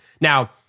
Now